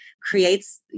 creates